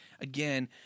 again